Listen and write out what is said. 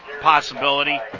possibility